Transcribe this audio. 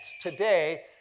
today